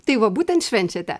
tai va būtent švenčiate